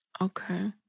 Okay